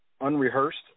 unrehearsed